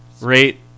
rate